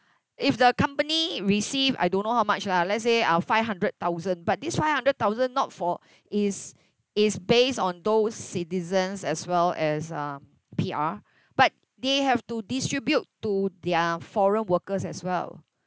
if the company receive I don't know how much lah let's say uh five hundred thousand but this five hundred thousand not for is is based on those citizens as well as um P_R but they have to distribute to their foreign workers as well